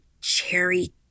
cherry